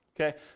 Okay